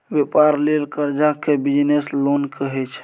बेपार लेल करजा केँ बिजनेस लोन कहै छै